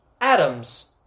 Adam's